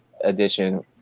edition